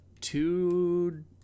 two